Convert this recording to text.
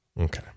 Okay